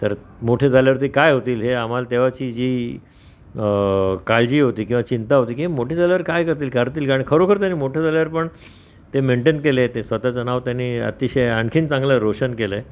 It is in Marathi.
तर मोठे झाल्यावर ती काय होतील हे आम्हाला तेव्हाची जी काळजी होती किंवा चिंता होती की मोठी झाल्यावर काय करतील करतील गाणं खरोखर त्यानी मोठं झाल्यावर पण ते मेंटेन केले ते स्वतःचं नाव त्यांनी अतिशय आणखी चांगलं रोशन केलं आहे